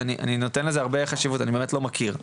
אני נותן לזה הרבה חשיבות, אבל אני באמת לא מכיר.